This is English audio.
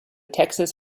texas